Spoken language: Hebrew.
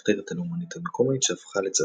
המחתרת הלאומנית המקומית, שהפכה לצבא.